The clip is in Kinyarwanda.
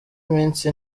iminsi